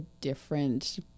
different